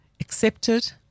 accepted